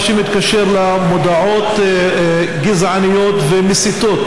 מה שמתקשר למודעות גזעניות ומסיתות.